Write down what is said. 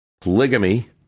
Polygamy